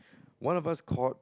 one of us caught